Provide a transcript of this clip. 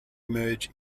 merge